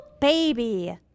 Baby